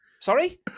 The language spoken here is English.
Sorry